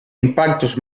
impactos